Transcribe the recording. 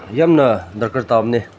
ꯌꯥꯝꯅ ꯗꯔꯀꯥꯔ ꯇꯥꯕꯅꯦ